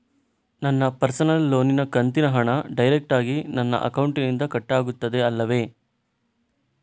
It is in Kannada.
ನನ್ನ ಪರ್ಸನಲ್ ಲೋನಿನ ಕಂತಿನ ಹಣ ಡೈರೆಕ್ಟಾಗಿ ನನ್ನ ಅಕೌಂಟಿನಿಂದ ಕಟ್ಟಾಗುತ್ತದೆ ಅಲ್ಲವೆ?